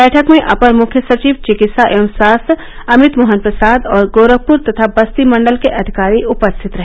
बैठक में अपर मुख्य सचिव चिकित्सा एवं स्वास्थ्य अमित मोहन प्रसाद और गोरखपुर तथा बस्ती मंडल के अधिकारी उपस्थित रहे